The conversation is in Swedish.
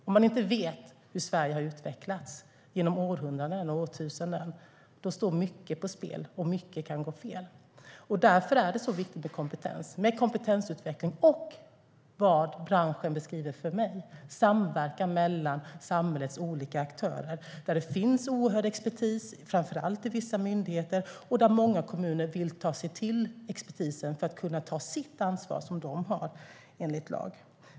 Om man inte vet hur Sverige har utvecklats genom århundraden och årtusenden står mycket på spel, och mycket kan gå fel. Därför är det så viktigt med kompetens och kompetensutveckling och med det som branschen beskriver för mig: samverkan mellan samhällets olika aktörer. Det finns oerhörd expertis, framför allt i vissa myndigheter, och många kommuner vill ta till sig expertisen för att kunna ta det ansvar som de har enligt lag.